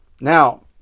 Now